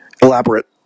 elaborate